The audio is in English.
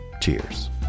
Cheers